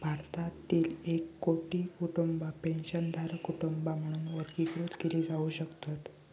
भारतातील एक कोटी कुटुंबा पेन्शनधारक कुटुंबा म्हणून वर्गीकृत केली जाऊ शकतत